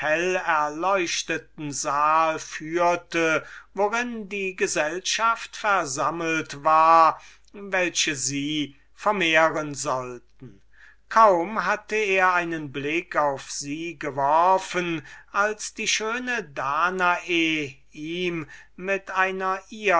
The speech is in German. hellerleuchteten saal worin die gesellschaft versammelt war welche sie vermehren sollten er hatte kaum einen blick auf sie geworfen als die schöne danae ihm mit einer